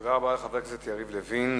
תודה רבה לחבר הכנסת יריב לוין.